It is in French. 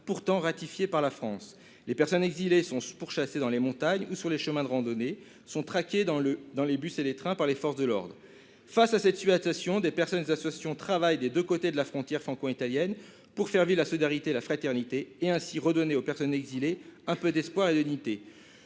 pourtant ratifiées par notre pays. Les personnes exilées sont pourchassées dans les montagnes ou sur les chemins de randonnée, sont traquées dans les bus et les trains par les forces de l'ordre. Face à cette situation, des associations travaillent des deux côtés de la frontière franco-italienne pour faire vivre la solidarité et la fraternité et ainsi redonner aux personnes exilées un peu d'espoir et de dignité.